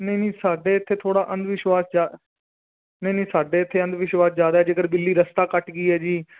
ਨਹੀਂ ਨਹੀਂ ਸਾਡੇ ਇਥੇ ਥੋੜਾ ਅੰਧਵਿਸ਼ਵਾਸ ਜਾਂ ਨਹੀਂ ਨਹੀਂ ਸਾਡੇ ਇੱਥੇ ਅੰਧ ਵਿਸ਼ਵਾਸ ਜ਼ਿਆਦਾ ਜੇਕਰ ਬਿੱਲੀ ਰਸਤਾ ਕੱਟ ਗਈ ਹੈ ਜੀ